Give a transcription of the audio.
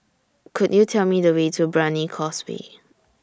Could YOU Tell Me The Way to Brani Causeway